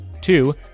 Two